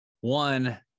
one